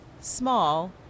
small